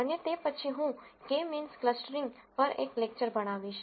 અને તે પછી હું k મીન્સ ક્લસ્ટરીંગ પર એક લેકચર ભણાવીશ